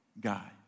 guy